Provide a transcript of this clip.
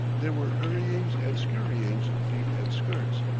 there were hurryings and scurryings of feet and skirts,